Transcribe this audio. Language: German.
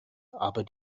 aber